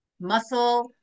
Muscle